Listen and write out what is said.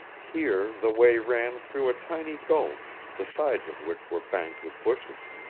here the way ran through a tiny gulch, the sides of which were banked with bushes.